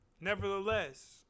Nevertheless